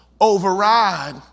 override